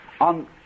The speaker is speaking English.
on